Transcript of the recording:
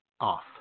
off